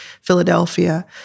Philadelphia